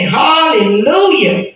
hallelujah